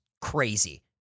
crazy